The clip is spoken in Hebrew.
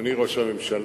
אדוני ראש הממשלה,